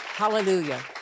Hallelujah